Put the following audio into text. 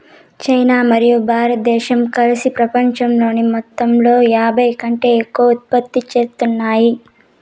China మరియు భారతదేశం కలిసి పపంచంలోని మొత్తంలో యాభైకంటే ఎక్కువ ఉత్పత్తి చేత్తాన్నాయి